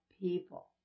people